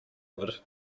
wood